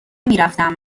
میرفتم